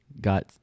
got